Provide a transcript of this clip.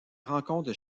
rencontre